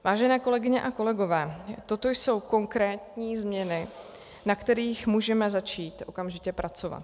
Vážené kolegyně a kolegové, toto jsou konkrétní změny, na kterých můžeme začít okamžitě pracovat.